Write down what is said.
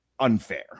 unfair